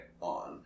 on